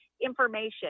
information